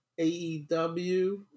aew